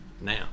now